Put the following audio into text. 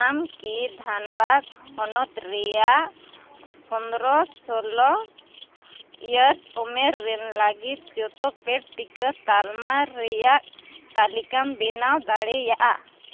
ᱟᱢ ᱠᱤ ᱫᱷᱟᱱᱵᱟᱫᱽ ᱦᱚᱱᱚᱛ ᱨᱮᱭᱟᱜ ᱯᱚᱱᱫᱨᱚᱼᱥᱳᱞᱳ ᱤᱭᱟᱨᱥ ᱩᱢᱮᱨ ᱨᱮᱱ ᱞᱟᱹᱜᱤᱫ ᱡᱚᱛᱚ ᱯᱮᱰ ᱴᱤᱠᱟᱹ ᱛᱟᱞᱢᱟ ᱨᱮᱭᱟᱜ ᱛᱟᱞᱤᱠᱟᱢ ᱵᱮᱱᱟᱣ ᱫᱟᱲᱮᱭᱟᱜᱼᱟ